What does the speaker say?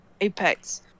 Apex